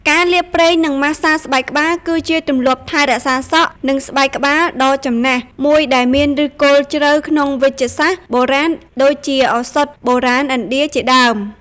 ការលាបប្រេង និងម៉ាស្សាស្បែកក្បាល គឺជាទម្លាប់ថែរក្សាសក់ និងស្បែកក្បាលដ៏ចំណាស់មួយដែលមានឫសគល់ជ្រៅក្នុងវេជ្ជសាស្ត្របុរាណ ដូចជា ឱសថបុរាណឥណ្ឌាជាដើម។